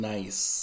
Nice